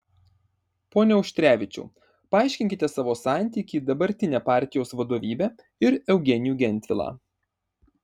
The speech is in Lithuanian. pone auštrevičiau paaiškinkite savo santykį į dabartinę partijos vadovybę ir eugenijų gentvilą